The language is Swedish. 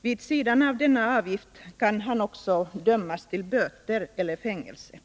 Vid sidan av denna avgift kan han också dömas till böter eller fängelse.